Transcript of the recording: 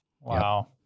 Wow